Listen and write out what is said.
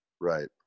Right